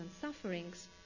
sufferings